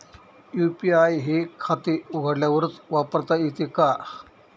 UPI हे खाते उघडल्यावरच वापरता येते का?